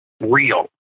real